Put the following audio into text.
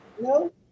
No